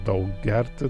tau gerti